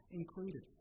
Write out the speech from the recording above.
included